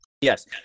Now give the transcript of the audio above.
Yes